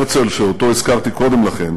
הרצל, שאותו הזכרתי קודם לכן,